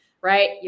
right